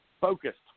focused